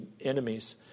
enemies